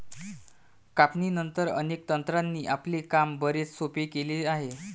कापणीनंतर, अनेक तंत्रांनी आपले काम बरेच सोपे केले आहे